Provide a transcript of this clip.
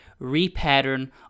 repattern